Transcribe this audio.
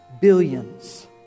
billions